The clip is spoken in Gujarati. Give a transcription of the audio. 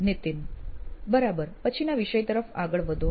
નીતિન બરાબર પછીના વિષય તરફ આગળ વધો